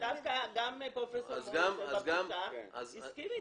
דווקא גם פרופ' --- הסכים איתנו.